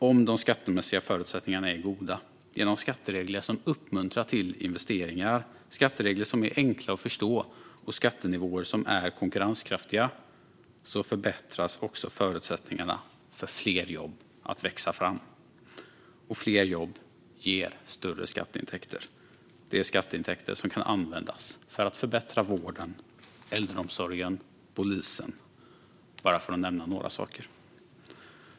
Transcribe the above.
Om de skattemässiga förutsättningarna är goda genom skatteregler som uppmuntrar till investeringar, skatteregler som är enkla att förstå och skattenivåer som är konkurrenskraftiga förbättras också förutsättningarna för att fler jobb ska växa fram. Och fler jobb ger större skatteintäkter. Det är skatteintäkter som kan användas för att förbättra vården, äldreomsorgen och polisen, bara för att nämna några saker.